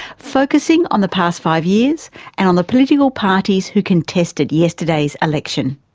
focusing on the past five years and on the political parties who contested yesterday's election.